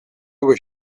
was